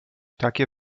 takie